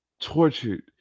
Tortured